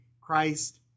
Christ